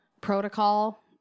protocol